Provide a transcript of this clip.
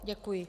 Děkuji.